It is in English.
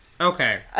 Okay